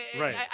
Right